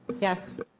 Yes